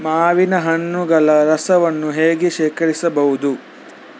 ಮಾವಿನ ಹಣ್ಣುಗಳ ರಸವನ್ನು ಹೇಗೆ ಶೇಖರಿಸಬಹುದು?